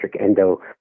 endo